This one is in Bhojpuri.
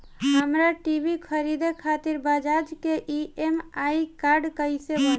हमरा टी.वी खरीदे खातिर बज़ाज़ के ई.एम.आई कार्ड कईसे बनी?